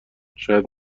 شاید